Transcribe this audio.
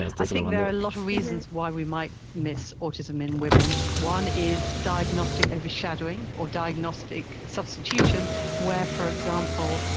i think there are a lot of reasons why we might miss autism in women. one is diagnostic overshadowing or diagnostic substitution were, for example,